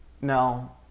No